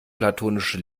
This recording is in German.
platonische